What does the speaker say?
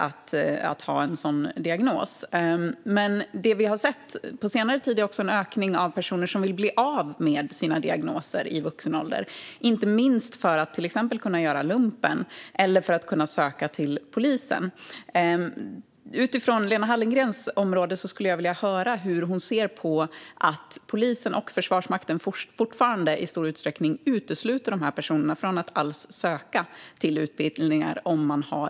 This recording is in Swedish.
På senare tid har vi dock sett en ökning av personer som vill bli av med sina diagnoser i vuxen ålder, inte minst för att till exempel kunna göra lumpen eller söka till polisutbildningen. Utifrån Lena Hallengrens område skulle jag vilja höra hur hon ser på att polisen och Försvarsmakten fortfarande i stor utsträckning utesluter personer med diagnos från att alls söka till utbildningar.